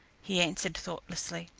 he answered thoughtlessly.